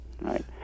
right